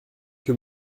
que